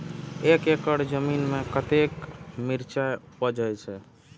एक एकड़ जमीन में कतेक मिरचाय उपज होई छै?